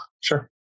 Sure